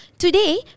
Today